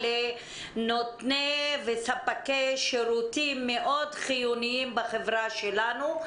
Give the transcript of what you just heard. לנותני וספקי שירותים חיוניים מאוד בחברה שלנו.